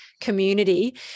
community